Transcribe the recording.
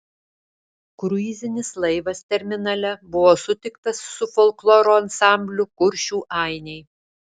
kruizinis laivas terminale buvo sutiktas su folkloro ansambliu kuršių ainiai